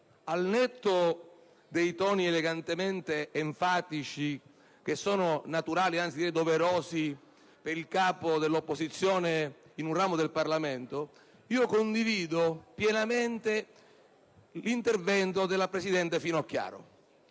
al netto dei toni elegantemente enfatici che sono naturali, anzi doverosi per il capo dell'opposizione in un ramo del Parlamento, condivido pienamente l'intervento della presidente Finocchiaro.